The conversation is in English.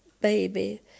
baby